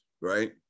right